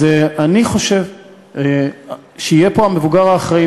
אני חושב שיהיה פה המבוגר האחראי,